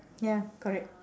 ya correct